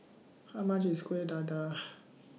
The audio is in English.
How much IS Kuih Dadar